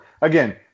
again